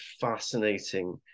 fascinating